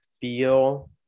feel